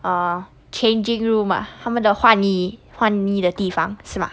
uh changing room ah 他们的换衣换衣的地方是吗